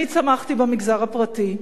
אני צמחתי במגזר הפרטי,